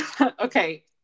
Okay